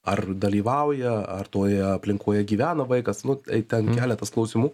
ar dalyvauja ar toje aplinkoje gyvena vaikas nu ten keletas klausimų